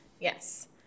Yes